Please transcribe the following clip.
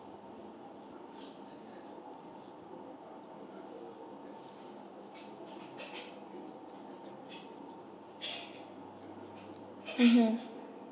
mmhmm